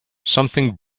something